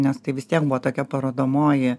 nes tai vis tiek buvo tokia parodomoji